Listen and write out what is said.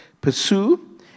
Pursue